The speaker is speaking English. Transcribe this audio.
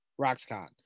Roxcon